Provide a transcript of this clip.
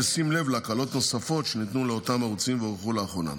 בשים לב להקלות נוספות שניתנו לאותם הערוצים והובאו לאחרונה.